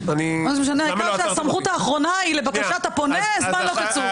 העיקר שהסמכות האחרונה היא לבקשת הפונה לזמן לא קצוב.